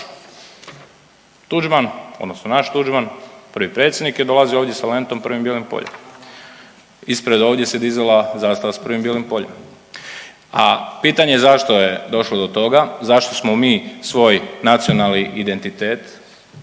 Tuđman odnosno naš Tuđman, prvi predsjednik je dolazio ovdje sa lentom prvim bijelim poljem. Ispred ovdje se dizala zastava s prvim bijelim poljem. A pitanje zašto je došlo do toga, zašto smo mi svoj nacionalni identitet i